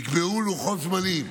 נקבעו לוחות זמנים.